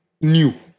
new